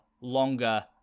longer